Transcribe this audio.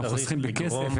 הם חוסכים בכסף?